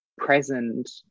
present